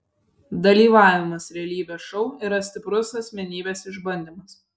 dalyvavimas realybės šou yra stiprus asmenybės išbandymas